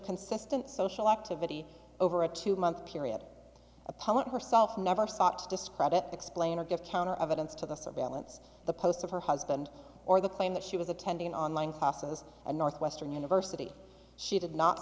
consistent social activity over a two month period a poet herself never sought to discredit explain or give counter evidence to the surveillance the post of her husband or the claim that she was attending an online classes and northwestern university she did not